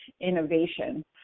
innovation